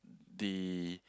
the